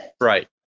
Right